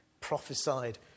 prophesied